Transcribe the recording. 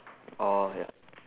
oh ya